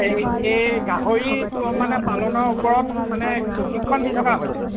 এই এই গাহৰি মানে পালনৰ ওপৰত মানে প্ৰশিক্ষণ দি থকা হৈছে